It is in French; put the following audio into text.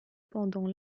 pendant